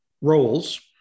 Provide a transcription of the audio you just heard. roles